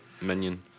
minion